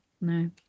No